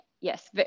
Yes